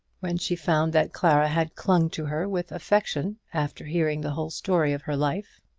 when she found that clara had clung to her with affection after hearing the whole story of her life.